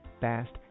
fast